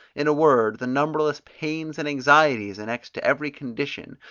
in a word, the numberless pains and anxieties annexed to every condition,